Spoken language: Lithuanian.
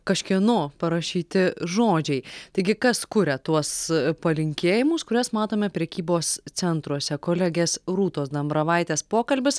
kažkieno parašyti žodžiai taigi kas kuria tuos palinkėjimus kuriuos matome prekybos centruose kolegės rūtos dambravaitės pokalbis